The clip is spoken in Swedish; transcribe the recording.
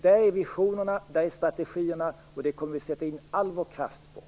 Där är visionerna, där är strategierna, och dem kommer vi att sätta in all vår kraft på.